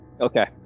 Okay